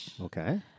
Okay